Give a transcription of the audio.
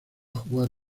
jugar